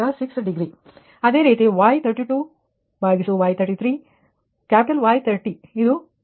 6 degree ಅದೇ ರೀತಿ Y32Y33ಕ್ಯಾಪಿಟಲ್ Y 30 ಇದು ಈ ಮೌಲ್ಯಗಳನ್ನು 35